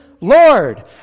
Lord